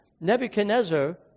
Nebuchadnezzar